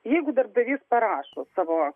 jeigu darbdavys parašo savo